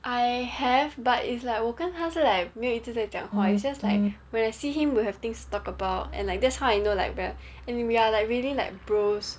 I have but it's like 我跟他是 like 没有一直在讲话 it's just like when I see him will have things to talk about and like that's how I know like we're and we are like really like bros